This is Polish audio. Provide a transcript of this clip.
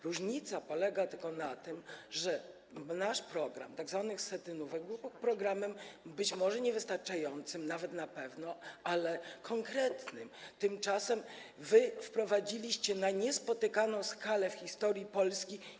Różnica polega tylko na tym, że nasz program, tzw. schetynówki, być może był programem niewystarczającym, nawet na pewno, ale konkretnym, tymczasem wy wprowadziliście na niespotykaną skalę w historii Polski.